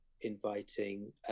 inviting